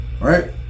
right